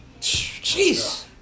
Jeez